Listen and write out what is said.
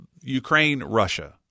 Ukraine-Russia